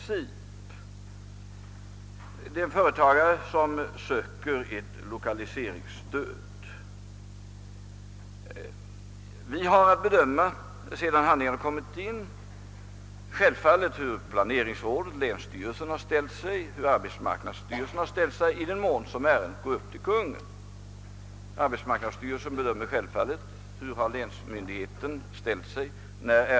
När en företagare söker lokaliseringsstöd har vi, i den mån ärendet går till Kungl. Maj:t, att bedöma de handlingar som kommit in — hur planeringsrådet ställt sig, hur arbetsmarknadsstyrelsen ställt sig. Arbetsmarknadsstyrelsen tar vid sina egna avgöranden hänsyn till hur länsmyndigheten ställt sig.